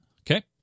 Okay